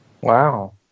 Wow